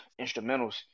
instrumentals